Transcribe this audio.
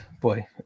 boy